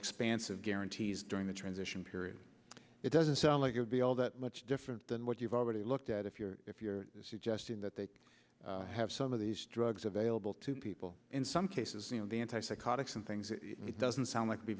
expansive guarantees during the transition period it doesn't sound like you would be all that much different than what you've already looked at if you're if you're suggesting that they have some of these drugs available to people in some cases you know the anti psychotics and things it doesn't sound like